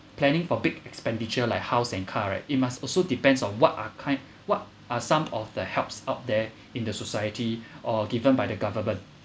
planning for big expenditure like house and car right it must also depends of what are kind what are some of the helps out there in the society or given by the government